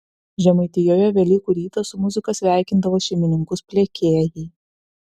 žemaitijoje velykų rytą su muzika sveikindavo šeimininkus pliekėjai